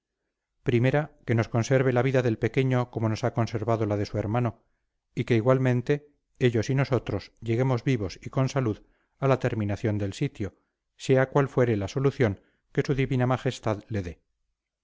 primera que nos conserve la vida del pequeño como nos ha conservado la de su hermano y que igualmente ellos y nosotros lleguemos vivos y con salud a la terminación del sitio sea cual fuere la solución que su divina majestad le dé